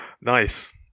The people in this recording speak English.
Nice